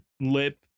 lip